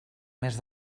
més